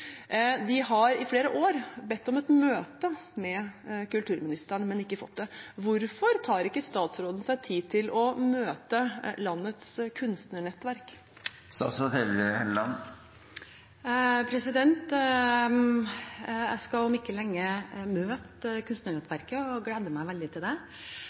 De har i flere år bedt om et møte med kulturministeren, men har ikke fått det. Hvorfor tar ikke statsråden seg tid til å møte landets kunstnernettverk? Jeg skal om ikke lenge møte Kunstnernettverket, og jeg gleder meg veldig til det.